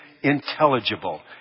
intelligible